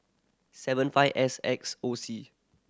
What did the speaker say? seven five S X O C